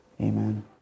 Amen